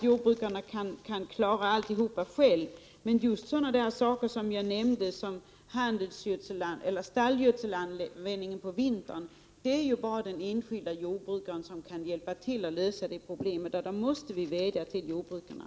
Jordbrukarna kan säkert inte klara alla problem själva, men just i fråga om sådana saker som jag nämnde, t.ex. stallgödselan vändning på vintern, kan bara den enskilde jordbrukaren hjälpa till med en lösning. Därför måste vi vädja till jordbrukarna.